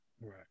Right